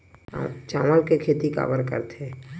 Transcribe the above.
चावल के खेती काबर करथे?